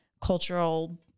cultural